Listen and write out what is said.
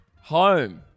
Home